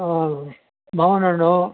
ಹಾಂ ಮಾವಿನ ಹಣ್ಣು